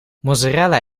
mozzarella